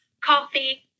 coffee